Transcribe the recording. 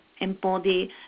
embody